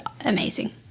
amazing